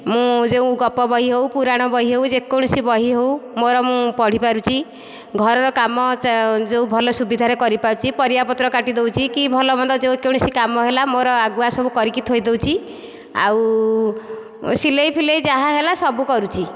ମୁଁ ଯେଉଁ ଗପ ବହି ହେଉ ପୁରାଣ ବହି ହେଉ ଯେକୌଣସି ବହି ହେଉ ମୋର ମୁଁ ପଢି ପାରୁଛି ଘରର କାମ ଯେଉଁ ଭଲ ସୁବିଧାରେ କରି ପାରୁଛି ପରିବାପତ୍ର କାଟି ଦେଉଛି କି ଭଲ ମନ୍ଦ ଯେକୌଣସି କାମ ହେଲା ମୋର ଆଗୁଆ ସବୁ କରିକି ଥୋଇଦେଉଛି ଆଉ ସିଲେଇ ଫିଲେଇ ଯାହା ହେଲା ସବୁ କରୁଛି